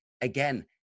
again